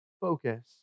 focus